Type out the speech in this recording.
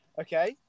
Okay